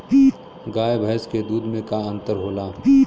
गाय भैंस के दूध में का अन्तर होला?